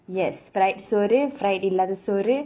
yes fried soru fried soru